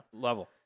level